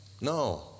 No